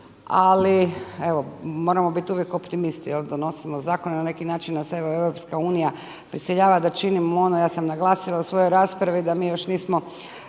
ali evo moramo biti uvijek optimisti. Donosimo zakone nas evo EU prisiljava da činimo ono, ja sam naglasila u svojoj raspravi da mi još nismo